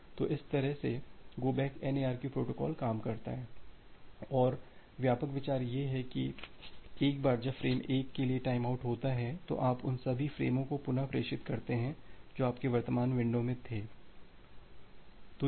तो इस तरह से go back N ARQ protocol काम करता है और व्यापक विचार यह है कि एक बार जब फ्रेम 1 के लिए टाइमआउट होता है तो आप उन सभी फ़्रेमों को पुनः प्रेषित करते हैं जो आपकी वर्तमान विंडो में थे